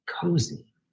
cozy